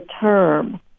term